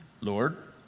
Lord